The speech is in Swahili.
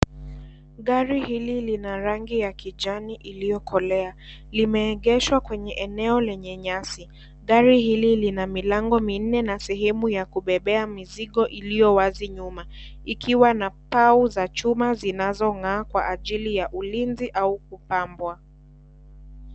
Gari hili lina rangi ya kijani iliokolea, limeegeshwa kwenye eneo lenye nyasi, gari hili lina milango minne na sehemu ya kubebea mizigo ilio wazi nyuma, ikiwa na pau za chuma zinazongaa kwa ajili ya ulinzi au kupambwa.